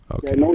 Okay